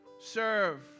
Serve